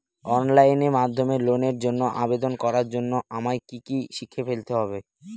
Online মাধ্যমে লোনের জন্য আবেদন করার জন্য আমায় কি কি শিখে ফেলতে হবে?